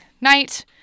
night